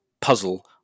puzzle